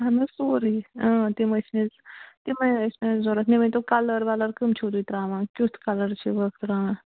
اہَن حظ سورُے ٲسۍ نہٕ تِمَے ٲسۍ نہَ ضوٚرَتھ مےٚ ؤ نۍ تَو کَلَر وَلَر کٕمۍ چھِو تُہۍ ترٛاوان کیُتھ کَلَر چھِو ہکھ ترٛاوان